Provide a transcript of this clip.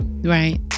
right